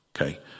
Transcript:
Okay